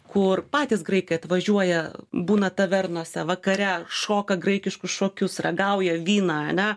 kur patys graikai atvažiuoja būna tavernose vakare šoka graikiškus šokius ragauja vyną ane